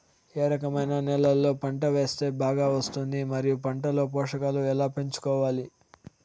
ఏ రకమైన నేలలో పంట వేస్తే బాగా వస్తుంది? మరియు పంట లో పోషకాలు ఎలా పెంచుకోవాలి?